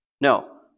No